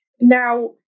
Now